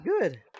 good